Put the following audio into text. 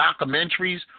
documentaries